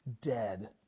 dead